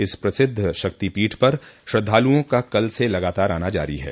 इस प्रसिद्ध शक्तिपीठ पर श्रद्वालुओं का कल से लगातार आना जारी है